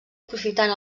aprofitant